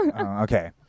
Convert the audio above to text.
Okay